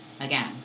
again